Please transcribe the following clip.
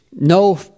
no